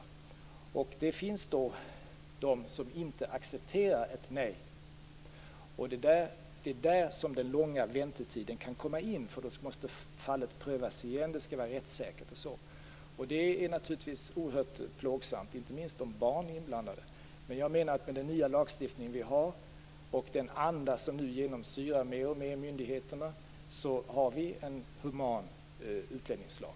Det finns de som inte accepterar ett nej. Det är där som den långa väntetiden kan komma in, för då måste fallet prövas igen. Det skall vara rättssäkert m.m. Det är naturligtvis oerhört plågsamt, inte minst om barn är inblandade. Men jag menar att med den nya lagstiftning vi har och den anda som nu mer och mer genomsyrar myndigheterna har vi en human utlänningslag.